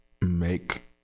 make